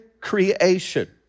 creation